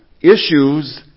issues